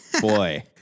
Boy